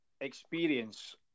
experience